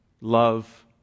love